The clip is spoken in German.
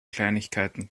kleinigkeiten